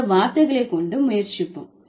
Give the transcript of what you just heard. இந்த வார்த்தைகளை கொண்டு முயற்சிப்போம்